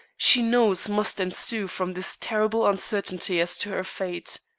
she knows must ensue from this terrible uncertainty as to her fate.